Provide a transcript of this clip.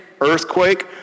earthquake